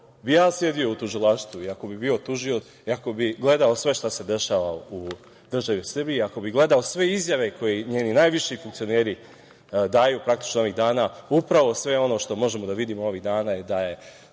ja sedeo u Tužilaštvu i ako bih bio tužilac i ako bih gledao sve šta se dešava u državi Srbiji, ako bih gledao sve izjave koje njeni najviši funkcioneri daju praktično ovih dana, upravo sve ono što možemo da vidimo ovih dana je da je